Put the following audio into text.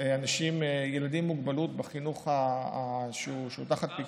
ילדים עם מוגבלות בחינוך שהוא תחת פיקוח,